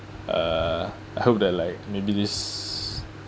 uh I hope that like maybe this